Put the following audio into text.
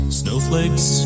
snowflakes